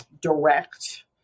direct